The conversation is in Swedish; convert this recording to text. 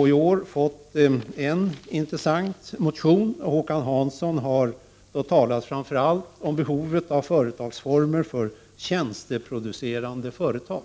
Håkan Hansson m.fl. i en intressant motion talat om framför allt behovet av företagsformer för tjänsteproducerande företag.